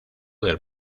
del